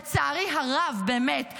לצערי הרב באמת,